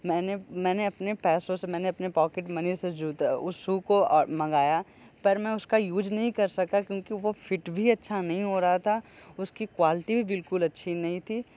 मैंने मैंने अपने पैसो से मैंने अपनी पॉकेट मनी से उस शू को मंगाया पर मैं उसका यूज नहीं कर सका क्योंकि वो फिट भी अच्छा नही हो रहा था उसकी क्वालिटी भी बिल्कुल अच्छी नहीं थी